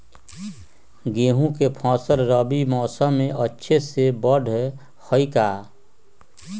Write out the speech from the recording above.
गेंहू के फ़सल रबी मौसम में अच्छे से बढ़ हई का?